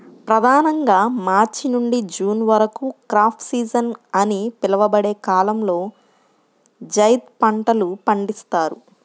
ప్రధానంగా మార్చి నుండి జూన్ వరకు క్రాప్ సీజన్ అని పిలువబడే కాలంలో జైద్ పంటలు పండిస్తారు